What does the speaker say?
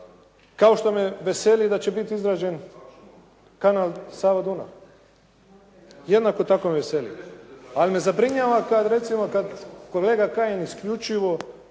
kao što se me veseli da će biti izgrađen kanal Sava-Dunav. Jednako tako me veseli. Ali me zabrinjava kada recimo kolega Kajin isključivo,